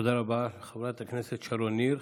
תודה רבה, חברת הכנסת שרון ניר.